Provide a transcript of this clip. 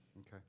okay